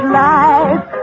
life